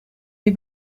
die